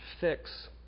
fix